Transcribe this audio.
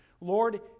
Lord